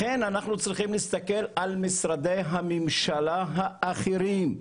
לכן אנחנו צריכים להסתכל על משרדי הממשלה האחרים,